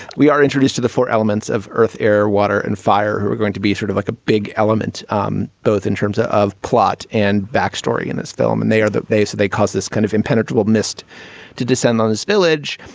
we are introduced to the four elements of earth, air, water and fire. we're going to be sort of like a big element um both in terms ah of plot and backstory in this film. and they are that base that they cause this kind of impenetrable mist to descend on his village.